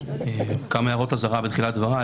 כמה הערות אזהרה בתחילת דבריי.